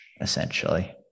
essentially